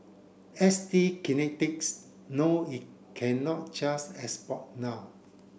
S T Kinetics know it cannot just export now